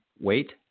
wait